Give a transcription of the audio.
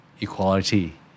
equality